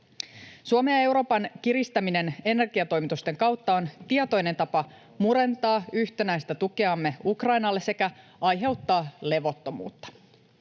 Suomen ja Euroopan kiristäminen energiatoimitusten kautta on tietoinen tapa murentaa yhtenäistä tukeamme Ukrainalle sekä aiheuttaa levottomuutta.